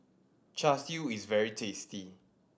Char Siu is very tasty